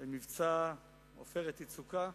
במבצע "עופרת יצוקה",